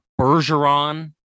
Bergeron